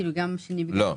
גם שני וגם רביעי?